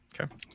Okay